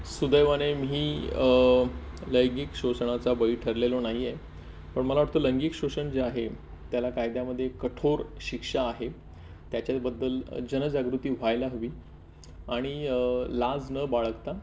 सुदैवाने मी लैंगिक शोषणाचा बळी ठरलेलो नाही आहे पण मला वाटतं लैंगिक शोषण जे आहे त्याला कायद्यामध्ये कठोर शिक्षा आहे त्याच्याच बद्दल जनजागृती व्हायला हवी आणि लाज न बाळगता